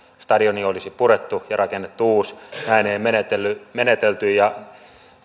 stadion olisi purettu ja rakennettu uusi näin ei menetelty ja